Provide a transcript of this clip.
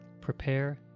prepare